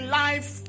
life